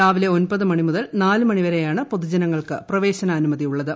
രാവിലെ ഒൻപത് മണിമുതൽ നാല് മണിവരെയാണ് പൊതുജ നങ്ങൾക്ക് പ്രവേശനാനുമതി ഉള്ളത്